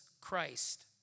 Christ